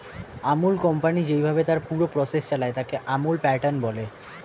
আমূল company যেইভাবে তার পুরো প্রসেস চালায়, তাকে আমূল প্যাটার্ন বলে